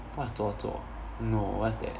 what's 做作 no what's that